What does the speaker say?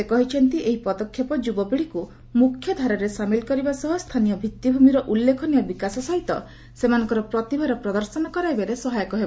ସେ କହିଛନ୍ତି ଏହି ପଦକ୍ଷେପ ଯୁବପିଢିକୁ ମୁଖ୍ୟ ଧାରାରେ ସାମିଲ କରିବା ସହ ସ୍ଥାନୀୟ ଭିଭିଭୂମିର ଉଲ୍ଲେଖନୀୟ ବିକାଶ ସହିତ ସେମାନଙ୍କର ପ୍ରତିଭାର ପ୍ରଦର୍ଶନ କରାଇବାରେ ସହାୟକ ହେବ